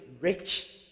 Rich